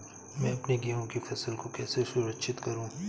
मैं अपनी गेहूँ की फसल को कैसे सुरक्षित करूँ?